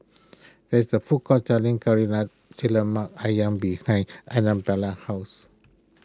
there is a food court selling Lari Lemak Ayam behind Anabella's house